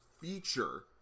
feature